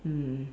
mm